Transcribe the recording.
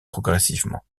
progressivement